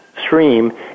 stream